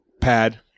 pad